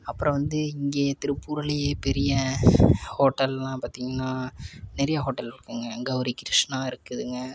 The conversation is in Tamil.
அப்புறம் வந்து இங்கே திருப்பூர்லேயே பெரிய ஹோட்டலெலாம் பார்த்திங்கனா நிறைய ஹோட்டல் இருக்குதுங்க கெளரி கிருஷ்ணா இருக்குதுங்க